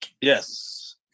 Yes